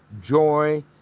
joy